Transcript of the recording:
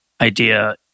idea